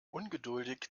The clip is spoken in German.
ungeduldig